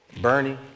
Bernie